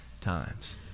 times